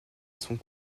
sont